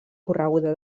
correguda